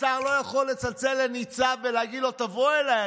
השר לא יכול לצלצל לניצב ולהגיד לו: תבוא אליי,